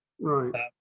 Right